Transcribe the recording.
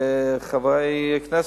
חברי הכנסת,